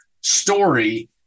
story